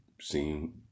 seen